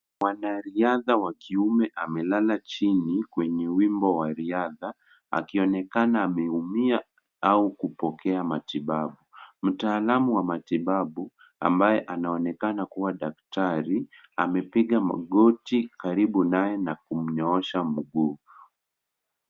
Mwanariadha wa kiume amelala chini kwenye wimbo wa riadha akionekana ameumia au kupokea matibabu. Mtaalamu wa matibabu ambaye anaonekana kuwa daktari amepiga magoti karibu naye na kumnyoosha miguu.